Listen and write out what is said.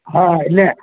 હા એટલે